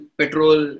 petrol